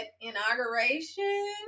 inauguration